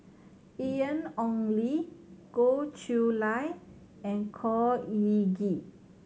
Ian Ong Li Goh Chiew Lye and Khor Ean Ghee